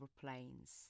planes